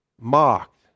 mocked